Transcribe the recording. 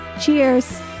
Cheers